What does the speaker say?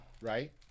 right